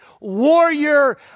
warrior